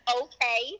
okay